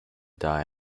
die